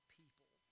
people